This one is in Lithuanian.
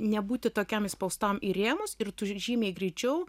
nebūti tokiam įspaustam į rėmus ir turi žymiai greičiau